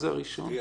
מקרות